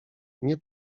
nie